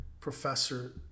Professor